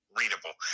readable